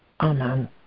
amen